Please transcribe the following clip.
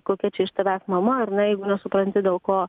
kokia čia iš tavęs mama ar ne jeigu nesupranti dėl ko